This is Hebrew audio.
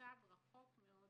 המצב רחוק מאוד